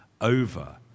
over